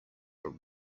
are